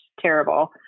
terrible